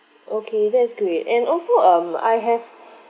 okay that's great and also um I have